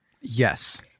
Yes